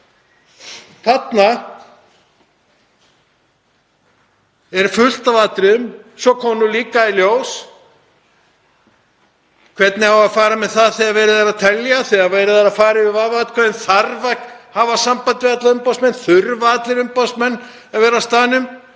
Þarna er fullt af atriðum sem eru óljós. Svo kom líka í ljós: Hvernig á að fara með það þegar verið er að telja þegar verið er að fara yfir vafaatkvæði? Þarf að hafa samband við alla umboðsmenn, þurfa allir umboðsmenn að vera á staðnum?